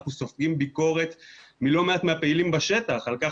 אנחנו סופגים ביקורת מלא מעט מהפעילים בשטח על כך